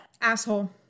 asshole